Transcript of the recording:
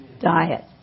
diet